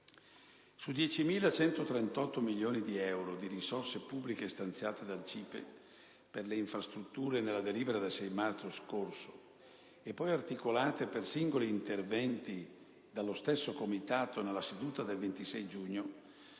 Su 10.138 milioni di euro di risorse pubbliche stanziate dal CIPE per le infrastrutture nella delibera del 6 marzo scorso, poi articolate per singoli interventi dallo stesso Comitato nella seduta 26 giugno,